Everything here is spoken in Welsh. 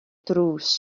drws